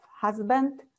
husband